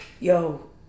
Yo